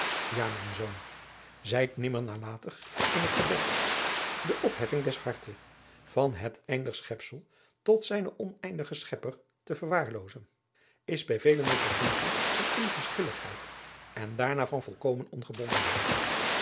ja mijn zoon zijt nimmer nalatig in het gebed da opheffing des harte van het eindig schepsel tot zijnen oneindigen schepper adriaan loosjes pzn het leven van maurits lijnslager te verwaarloozen is bij velen het beginsel van onverschilligheid en daarna van volkomen